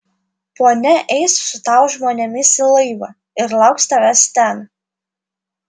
ponia eis su tavo žmonėmis į laivą ir lauks tavęs ten